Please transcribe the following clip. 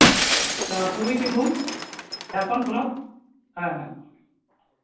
ᱱᱚᱣᱟ ᱯᱩᱨᱵᱚ ᱥᱤᱝᱵᱷᱩᱢ ᱡᱷᱟᱲᱠᱷᱚᱸᱰ ᱯᱚᱱᱚᱛ ᱦᱮᱸ ᱦᱮᱸ